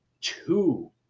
two